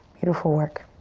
beautiful work.